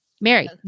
Mary